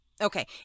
Okay